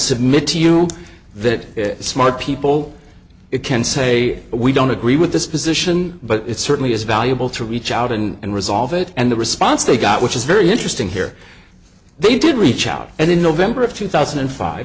submit to you that smart people it can say we don't agree with this position but it certainly is valuable to reach out and resolve it and the response they got which is very interesting here they did reach out and in november of two thousand and five